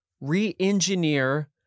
re-engineer